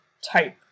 type